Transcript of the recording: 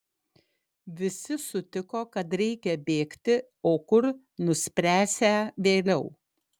visi sutiko kad reikia bėgti o kur nuspręsią vėliau